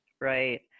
Right